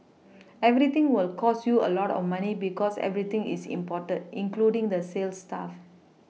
everything will cost you a lot of money because everything is imported including the sales staff